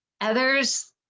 Others